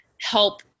help